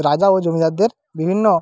রাজা ও জমিদারদের বিভিন্ন